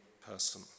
person